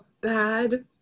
bad